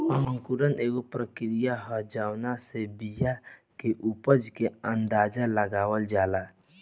अंकुरण एगो प्रक्रिया ह जावना से बिया के उपज के अंदाज़ा लगावल जाला